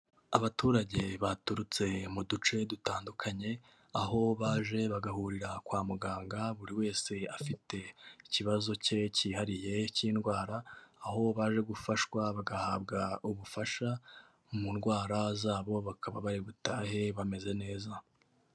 Abaturage baturutse mu duce dutandukanye, aho baje bagahurira kwa muganga, buri wese afite ikibazo cye cyihariye cy'indwara, aho baje gufashwa bagahabwa ubufasha mu ndwara zabo bakaba bari butahe bameze neza.